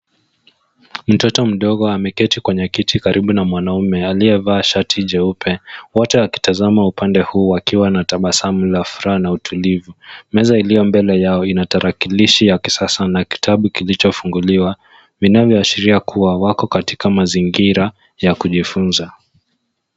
Mtoto mdogo ameketi kwenye kiti karibu na mwanaume aliye vaa shati jeupe wote wakitazama upande huu wakiwa na utabasamu wa furaha na utulivu. Meza iliyo mbele yao inatarakilishi ya kisasa na kitabu kilichofunguliwa vivavyoashiria kuwa wako katika mazingira ya kujifunza.